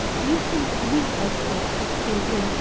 you think we are crooks, escaping.